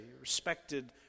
respected